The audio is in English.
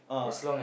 uh